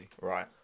Right